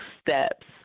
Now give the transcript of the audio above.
steps